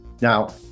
Now